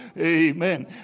Amen